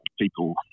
people